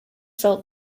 felt